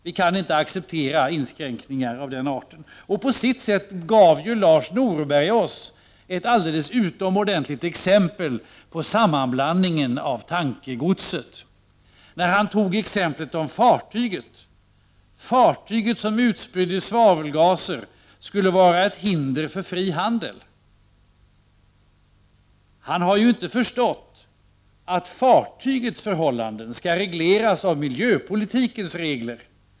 Vi kan inte acceptera inskränkningar av den arten. På sitt sätt gav ju Lars Norberg oss ett alldeles utomordentligt exempel på sammanblandningen av tankegodset, när han tog exemplet om fartyget som utspydde svavelgaser. Det fartyget skulle vara ett hinder för fri handel. Han har ju inte förstått att fartygets förhållanden skall regleras av miljöpolitikens regler.